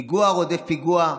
פיגוע רודף פיגוע,